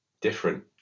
different